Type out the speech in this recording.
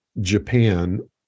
Japan